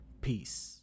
peace